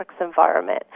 environment